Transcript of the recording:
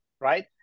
Right